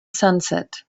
sunset